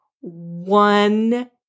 one